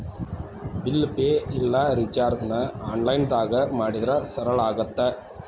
bill pay ಇಲ್ಲಾ ರಿಚಾರ್ಜ್ನ ಆನ್ಲೈನ್ದಾಗ ಮಾಡಿದ್ರ ಸರಳ ಆಗತ್ತ